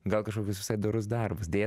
gal kažkokius visai dorus darbus deja